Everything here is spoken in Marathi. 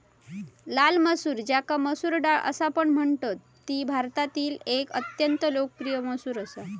लाल मसूर ज्याका मसूर डाळ असापण म्हणतत ती भारतातील एक अत्यंत लोकप्रिय मसूर असा